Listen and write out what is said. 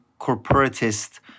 corporatist